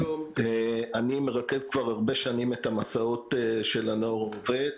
אני מרכז כבר הרבה שנים את המסעות של הנוער העובד.